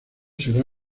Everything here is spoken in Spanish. será